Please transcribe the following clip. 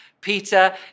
Peter